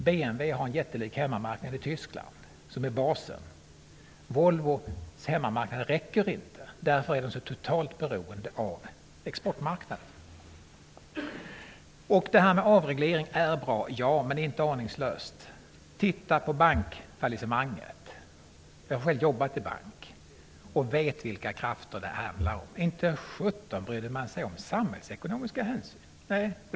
BMW har en jättelik hemmamarknad i Tyskland, som är basen. Volvos hemmamarknad räcker inte, därför är man totalt beroende av exportmarknaden. Avreglering är bra, men inte aningslöst. Titta på bankfallisemanget! Jag har själv jobbat i bank och vet vilka krafter det handlar om. Inte sjutton tog man samhällsekonomiska hänsyn!